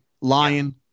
Lion